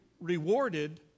rewarded